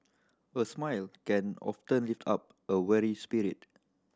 a smile can often lift up a weary spirit